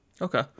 Okay